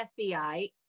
FBI